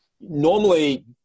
normally